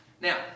Now